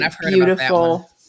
beautiful